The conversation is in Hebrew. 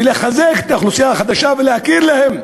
ולחזק את האוכלוסייה החדשה ולהכיר בהם,